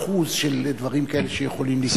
האחוז של דברים כאלה שיכולים לקרות?